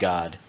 God